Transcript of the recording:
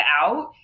out